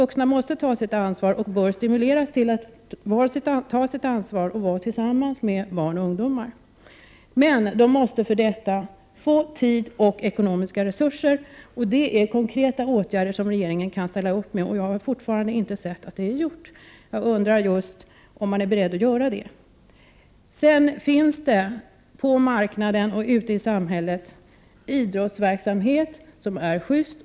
Vuxna måste ta sitt ansvar och bör stimuleras till detta och vara tillsammans med barn och ungdomar. Men de måste för detta få tid och ekonomiska resurser. Detta är konkreta åtgärder som regeringen kan vidta. Jag har fortfarande inte sett något av detta. Jag undrar om regeringen är beredd till sådana åtgärder? Det finns i samhället idrottsverksamhet som är sjyst.